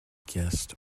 guest